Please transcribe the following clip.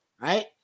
Right